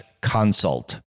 consult